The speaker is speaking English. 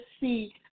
see